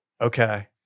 Okay